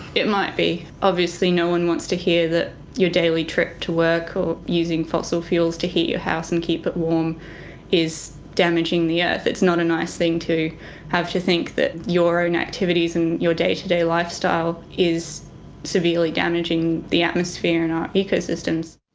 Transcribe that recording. it might be. obviously no one wants to hear that your daily trip to work or using fossil fuels to heat your house and keep it warm is damaging the earth. it's not a nice thing to have to think that your own activities and your day-to-day lifestyle is severely damaging the atmosphere and our ecosystems.